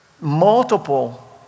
multiple